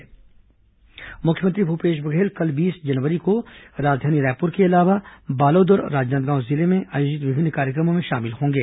मुख्यमंत्री कार्यक्रम मुख्यमंत्री भूपेश बघेल कल बीस जनवरी को राजधानी रायपूर के अलावा बालोद और राजनांदगांव जिले में आयोजित विभिन्न कार्यक्रमों में शामिल होंगे